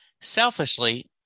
selfishly